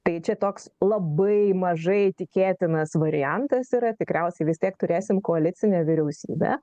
tai čia toks labai mažai tikėtinas variantas yra tikriausiai vis tiek turėsim koalicinę vyriausybę